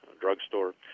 drugstore